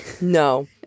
No